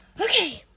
Okay